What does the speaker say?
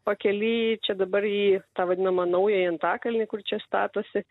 pakely čia dabar į tą vadinamą naująjį antakalnį kur čia statosi